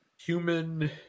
human